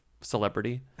celebrity